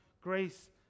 grace